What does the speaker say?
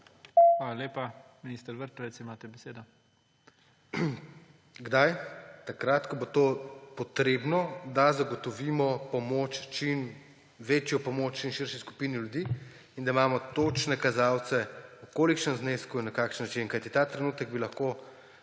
Hvala lepa. Minister Vrtovec, imate besedo. JERNEJ VRTOVEC: Kdaj? Takrat, ko bo to treba, da zagotovimo čim večjo pomoč čim širši skupini ljudi in da imamo točne kazalce, v kolikšnem znesku in na kakšen način, kajti ta trenutek bi lahko